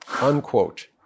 Unquote